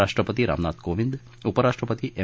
राष्ट्रपति रामनाथ कोविंद उपराष्ट्रंपति एम